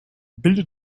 bilde